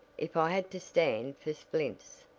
if i had to stand for splints.